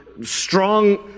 strong